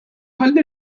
ħalli